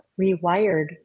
rewired